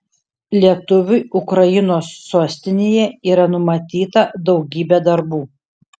lietuviui ukrainos sostinėje yra numatyta daugybė darbų